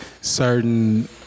certain